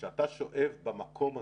כשאתה שואב במקום הזה,